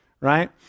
right